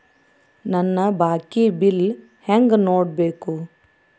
ನನ್ನ ಬಾಕಿ ಬಿಲ್ ಹೆಂಗ ನೋಡ್ಬೇಕು?